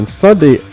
sunday